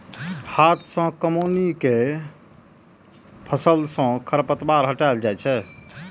हाथ सं कमौनी कैर के फसल सं खरपतवार हटाएल जाए छै